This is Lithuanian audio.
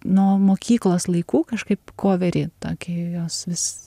nuo mokyklos laikų kažkaip koverį tokį jos vis